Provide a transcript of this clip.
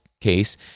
case